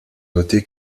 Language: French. noté